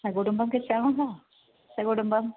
सकुटुम्बं गच्छामः सकुटुम्बं